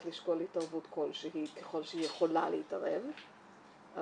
לשקול התערבות כלשהי ככל שהיא יכולה להתערב אבל